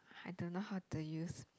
I don't know how to use